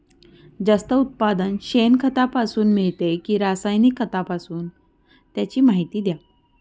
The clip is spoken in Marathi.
जास्त उत्पादन शेणखतापासून मिळते कि रासायनिक खतापासून? त्याची माहिती द्या